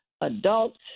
Adults